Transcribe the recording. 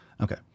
Okay